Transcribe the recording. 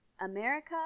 america